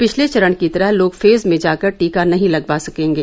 पिछले चरण की तरह लोग फेज में जाकर टीका नहीं लगावा सकेंगे